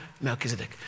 Melchizedek